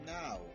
now